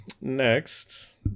next